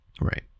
Right